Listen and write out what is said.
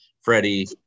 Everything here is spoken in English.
Freddie